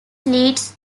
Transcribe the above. leads